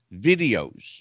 videos